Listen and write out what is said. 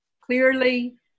clearly